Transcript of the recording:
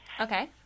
Okay